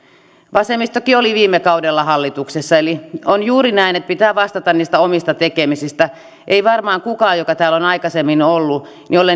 vasemmistokin oli viime kaudella hallituksessa eli on juuri näin että pitää vastata niistä omista tekemisistä ei varmaan kukaan joka täällä on aikaisemmin ollut